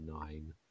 nine